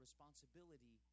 Responsibility